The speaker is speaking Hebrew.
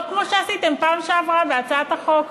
לא כמו שעשיתם בפעם שעברה בהצעת החוק.